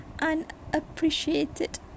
unappreciated